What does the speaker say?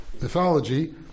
mythology